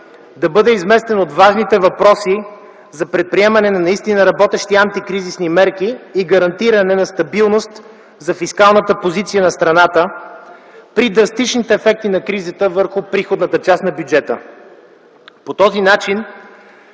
да бъде изместен от важните въпроси за предприемане на наистина работещи антикризисни мерки и гарантиране на стабилност за фискалната позиция на страната при драстични ефекти на кризата върху приходната част на бюджета. По този начин